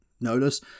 notice